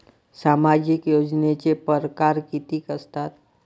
सामाजिक योजनेचे परकार कितीक असतात?